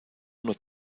uno